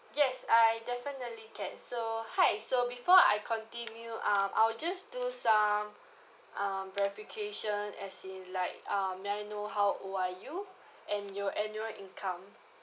yes I definitely can so hi so before I continue um I'll just do some um verification as in like um may I know how old are you and your annual income